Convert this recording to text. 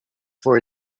for